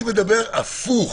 אני מדבר הפוך